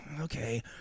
Okay